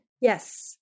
Yes